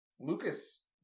Lucas